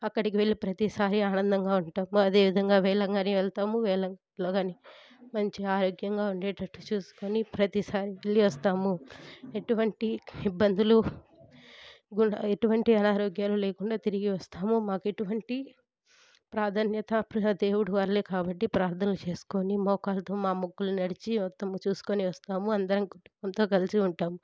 అక్కడికి వెళ్ళి ప్రతిసారి ఆనందంగా ఉంటాం అదే విధంగా వేలంగిని వెళ్తాము వేలంగిని మంచిగా ఆరోగ్యంగా ఉండేటట్టు చూసుకొని ప్రతిసారి వెళ్ళి వస్తాము ఎటువంటి ఇబ్బందులు ఎటువంటి అనారోగ్యాలు లేకుండా తిరిగి వస్తాము మాకు ఎటువంటి ప్రాధాన్యత ప్రహ దేవుడు వల్లే కాబట్టి ప్రార్ధనలు చేసుకొని మోకాళ్ళతో మా మొక్కులు నడిచి వ్యక్తం చూసుకొని వస్తాము అందరం కుటుంబంతో కలిసి ఉంటాం